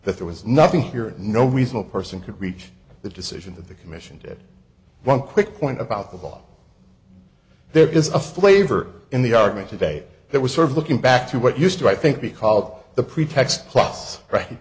that there was nothing here no reasonable person could reach the decision of the commission to one quick point about the law there is a flavor in the argument today that was sort of looking back to what used to i think be called the pretext plus right